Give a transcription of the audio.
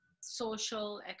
social